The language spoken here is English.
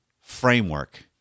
framework